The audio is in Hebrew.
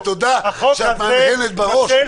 תודה שאת מהנהנת בראש.